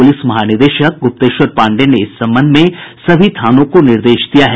प्रलिस महानिदेशक गुप्तेश्वर पाण्डेय ने इस संबंध में सभी थानों को निर्देश दिया है